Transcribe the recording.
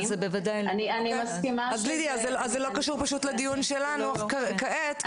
אז זה לא קשור פשוט לדיון שלנו כעת,